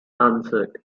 answered